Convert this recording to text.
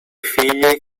figli